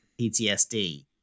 PTSD